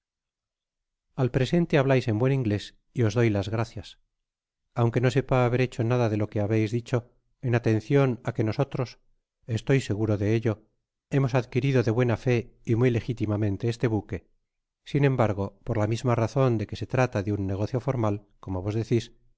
al presente hablais en buen inglés y os doy las gradas aunque no sepa haber hecho nada de lo que habefs dicho en atencion á que nosotros estoy seguro de elto hemos adquirido d buena fé y muy legítimamente ese bhque sin embargo por la misma razon de que se trata de ttn negocio formal como tos decís